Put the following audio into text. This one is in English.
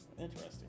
Interesting